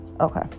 Okay